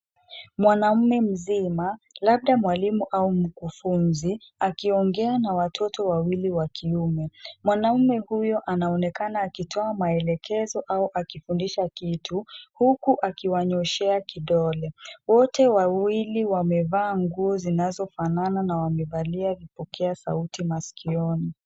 Mwanaume mzima, labda mwalimu au mkufunzi akiongea na watoto wawili wa kiume. Mwanaume huyu anaonekana akitoa maelekezo au akifundisha kitu, huku akiwanyooshea kidole. Wote wawili wamevaa nguo zinazofanana na wamevalia vipokea sauti masikioni.